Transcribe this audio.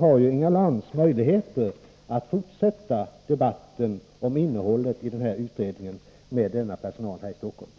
har ju Inga Lantz möjlighet att fortsätta debatten om innehållet i undersökningen med denna personal i Stockholm.